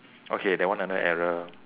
okay that one another error